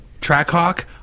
Trackhawk